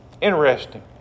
Interesting